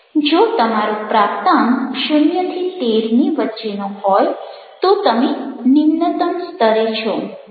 જો તમારો પ્રાપ્તાંક 0 13 ની વચ્ચેનો હોય તો તમે નિમ્નતમ સ્તરે છો